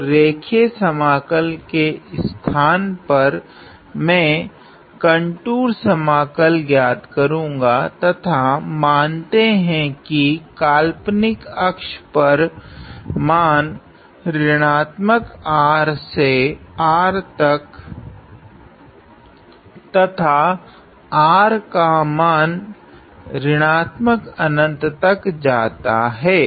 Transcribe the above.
तो रैखिक समाकल के स्थान पर मैं यह कंटूर समाकल ज्ञात करुगा तथा मानते है कि काल्पनिक अक्ष पर मान ऋणात्मक R से R तक है तथा R का मान तक जाता हैं